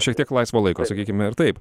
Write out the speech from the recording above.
šiek tiek laisvo laiko sakykime ir taip